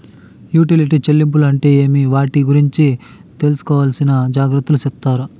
Utility చెల్లింపులు అంటే ఏమి? వాటి గురించి తీసుకోవాల్సిన జాగ్రత్తలు సెప్తారా?